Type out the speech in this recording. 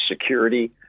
security